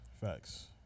Facts